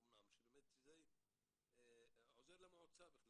זה יעזור למועצה.